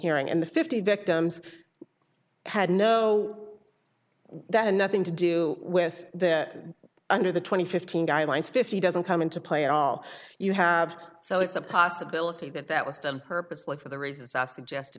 hearing and the fifty victims had no that and nothing to do with the under the twenty fifteen guidelines fifty doesn't come into play at all you have so it's a possibility that that was done purposely for the reasons i suggested